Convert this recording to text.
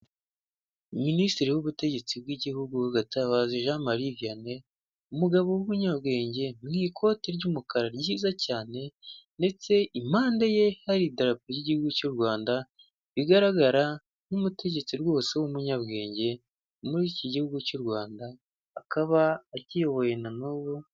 Minisitiri w'ubutegetsi bw'igihugu, GATABAZI Jean Marie Vianney umugabo w'umunyabwenge, mu ikoti ry'umukara ryiza cyane, ndetse i mpande ye hari idarapo ry'igihugu cy'u Rwanda bigaragara nk'umutegetsi rwose w'umunyabwenge muri iki gihugu cy'u Rwanda akaba akiyoboye na n'ubu.